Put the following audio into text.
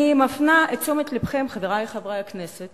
אני מפנה את תשומת לבכם, חברי חברי הכנסת